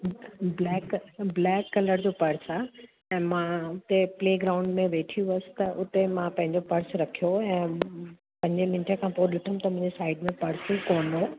black black colour जो purse आहे ऐं मां प्ले प्लेग्राउंड में वेठी हुयसि त उते मां पंहिंजो पर्स रखियो ऐं पंजे मिंटे खां पोइ ॾिठमि त मुंहिंजे साइड में पर्स कोन हो